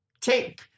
take